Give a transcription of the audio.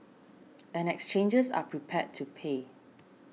and exchanges are prepared to pay